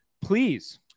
please